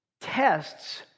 tests